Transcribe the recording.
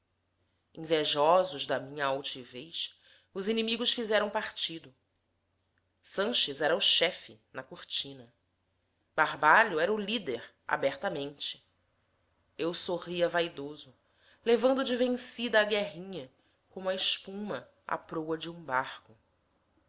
invejosos da minha altivez os inimigos fizeram partido sanches era o chefe na cortina barbalho era o líder abertamente eu sorria vaidoso levando de vencida a guerrinha como a espuma à proa de um barco